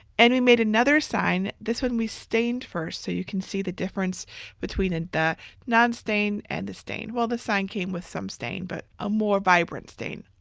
and we made another sign. this one we stained first so you can see the difference between and the non-stained and the stained. well, the sign came with some stain but a more vibrant stain.